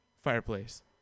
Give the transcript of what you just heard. Fireplace